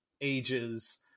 ages